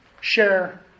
share